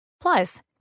Plus